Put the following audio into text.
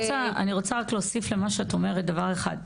רוצה רק להוסיף למה שאת אומרת דבר אחד.